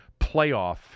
playoff